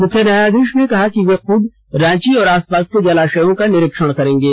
मुख्य न्यायाधीश ने कहा कि वे खूद रांची और आसपास के जलाशयों का निरीक्षण करेंगे